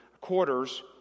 quarters